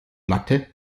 latte